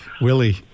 Willie